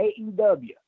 AEW